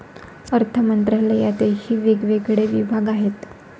अर्थमंत्रालयातही वेगवेगळे विभाग आहेत